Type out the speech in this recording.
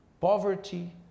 poverty